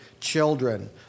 children